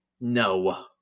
No